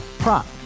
Prop